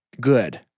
good